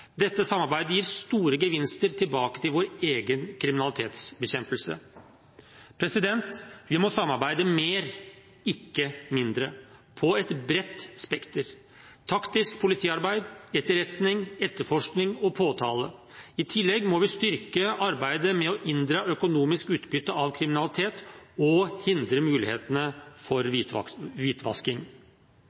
Dette samarbeidet gir store gevinster tilbake til vår egen kriminalitetsbekjempelse. Vi må samarbeide mer, ikke mindre, på et bredt spekter: taktisk politiarbeid, etterretning, etterforskning og påtale. I tillegg må vi styrke arbeidet med å inndra økonomisk utbytte av kriminalitet og hindre mulighetene for